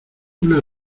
una